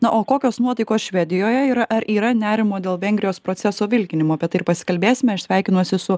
na o kokios nuotaikos švedijoje yra ar yra nerimo dėl vengrijos proceso vilkinimo apie tai ir pasikalbėsime aš sveikinuosi su